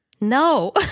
No